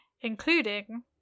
including